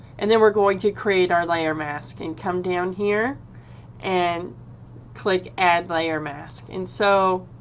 and then were going to create our layer mask and come down here and click add layer mask and so